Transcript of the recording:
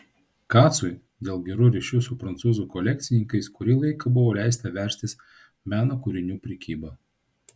kacui dėl gerų ryšių su prancūzų kolekcininkais kurį laiką buvo leista verstis meno kūrinių prekyba